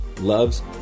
loves